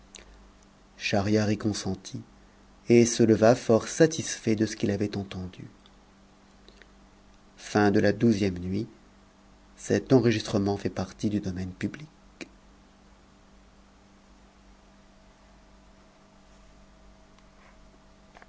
schahriar y consentit et se leva fort satisfait de ce qu'il avait entendu xiii nuit